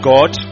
God